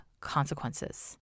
consequences